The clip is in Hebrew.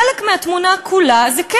חלק מהתמונה כולה היא,